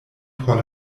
por